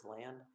land